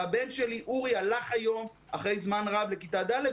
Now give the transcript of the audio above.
הבן שלי אורי הלך היום אחרי זמן רב לכיתה ד'